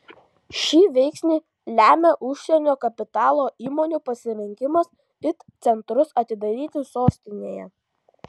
šį veiksnį lemia užsienio kapitalo įmonių pasirinkimas it centrus atidaryti sostinėje